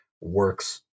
works